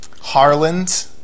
Harland